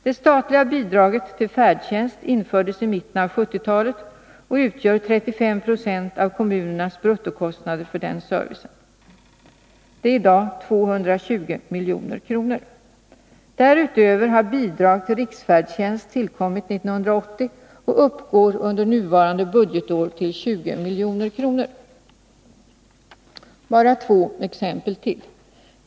Det statliga bidraget till färdtjänst infördes i mitten av 1970-talet och utgör 35 76 av kommunernas bruttokostnader för denna service. Det är i dag 220 milj.kr. Därutöver har Bara två exempel till.